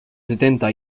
setenta